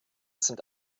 sind